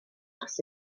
dros